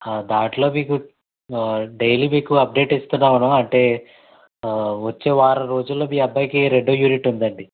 దాంట్లో మీకు డైలీ మీకు అప్డేట్ ఇస్తున్నాను అంటే వచ్చే వారం రోజుల్లో మీ అబ్బాయికి రెండో యూనిట్ ఉందండి